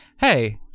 hey